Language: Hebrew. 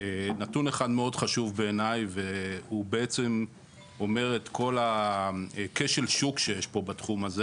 נתון אחד מאוד חשוב בעיניי והוא אומר את כל כשל השוק שיש בתחום הזה